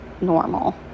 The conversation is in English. normal